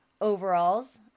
overalls